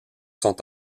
sont